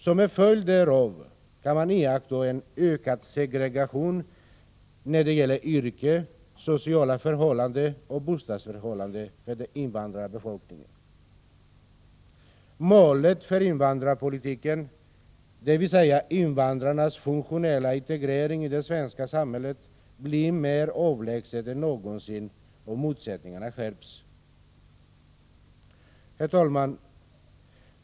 Som en följd härav kan man iaktta en ökad segregation när det gäller yrkesutbildning, sociala förhållanden och bostadsförhållanden för den invandrade befolkningen. Målet för invandrarpolitiken, dvs. invandrarnas funktionella integrering i det svenska samhället, blir mer avlägset än någonsin och motsättningarna skärps. Herr talman!